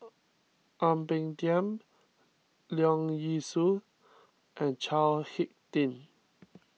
Ang Peng Tiam Leong Yee Soo and Chao Hick Tin